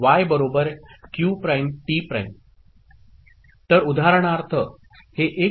Y Q'T' तर उदाहरणार्थ हे 1 0 आहे